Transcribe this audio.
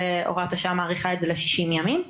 והוראת השעה מאריכה את זה ל-60 ימים.